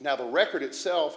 now the record itself